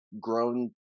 grown